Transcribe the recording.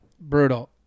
Brutal